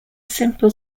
single